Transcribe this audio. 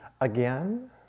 again